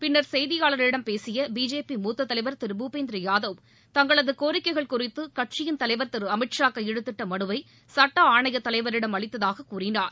பின்னர் செய்தியாளர்களிடம் பேசிய பிஜேபி மூத்த தலைவர் திரு புபேந்திர யாதவ் தங்களது கோரிக்கைகள் குறித்து கட்சியின் தலைவர் திரு அமித் ஷா கையெழுத்திட்ட மனுவை சட்ட ஆணைய தலைவரிடம் அளித்ததாக கூறினார்